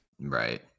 Right